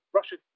Russia